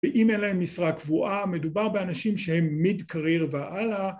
ואם אין להם משרה קבועה מדובר באנשים שהם mid career והלאה